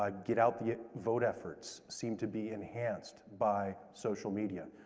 um get out the vote efforts, seem to be enhanced by social media.